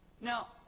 Now